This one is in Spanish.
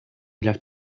las